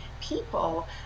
people